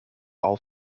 all